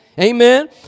amen